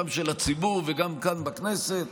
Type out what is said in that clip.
גם של הציבור וגם כאן בכנסת,